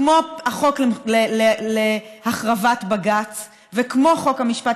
כמו החוק להחרבת בג"ץ וכמו חוק המשפט